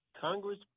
Congress